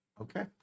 Okay